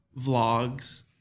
vlogs